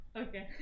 Okay